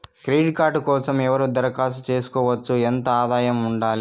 Credit card కోసం ఎవరు దరఖాస్తు చేసుకోవచ్చు? ఎంత ఆదాయం ఉండాలి?